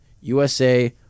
USA